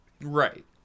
Right